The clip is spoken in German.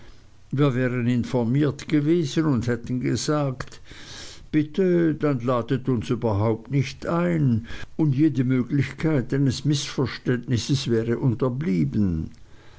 wir wären informiert gewesen und hätten gesagt bitte dann ladet uns überhaupt nicht ein und jede möglichkeit eines mißverständnisses wäre unterblieben